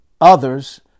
others